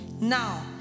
Now